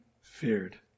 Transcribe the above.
feared